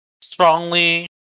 strongly